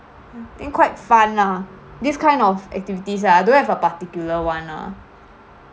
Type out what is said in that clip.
I think quite fun lah this kind of activities ah don't have a particular [one] lah